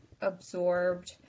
absorbed